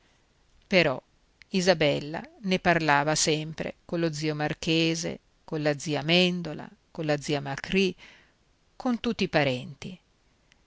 però isabella ne parlava sempre collo zio marchese colla zia mèndola colla zia macrì con tutti i parenti